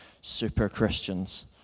super-Christians